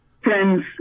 friends